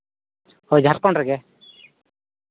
ᱦᱳᱭ ᱡᱷᱟᱲᱠᱷᱚᱸᱰ ᱨᱮᱜᱮ